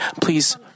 Please